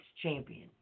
champion